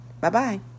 Bye-bye